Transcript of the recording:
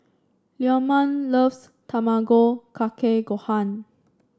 Leamon loves Tamago Kake Gohan